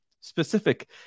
specific